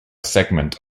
segment